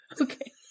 Okay